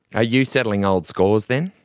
are you settling old scores then?